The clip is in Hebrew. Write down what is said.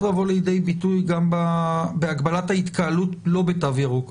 לבוא לידי ביטוי גם בהגבלת ההתקהלות לא בתו ירוק,